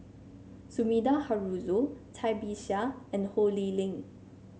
Sumida Haruzo Cai Bixia and Ho Lee Ling